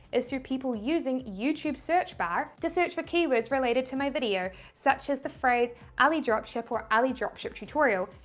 is through people using youtube search bar to search for keywords related to my video, such as the phrase alidropship or alidropship tutorial.